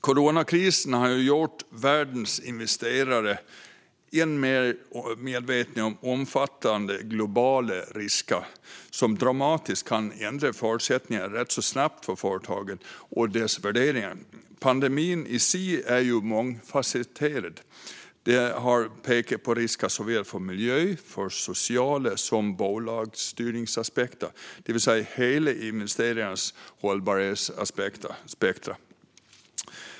Coronakrisen har gjort världens investerare än mer medvetna om omfattande, globala risker som dramatiskt kan ändra förutsättningarna rätt så snabbt för företagen och dess värderingar. Pandemin i sig är mångfasetterad. Man har pekat på risker för såväl miljöaspekter som sociala aspekter och bolagsstyrningsaspekter, det vill säga hela investerarnas hållbarhetsspektrum.